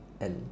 and